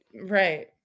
right